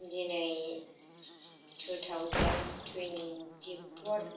दिनै two thousand twenty four